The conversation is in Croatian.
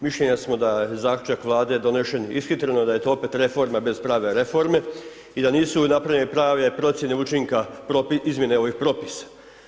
Mišljenja smo da je zaključak Vlade donesen ishitreno, da je to opet reforma bez prave reforma i da nisu napravljene prave procjene učinka izmjene ovih propisa.